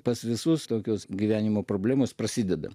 pas visus tokios gyvenimo problemos prasideda